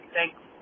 Thanks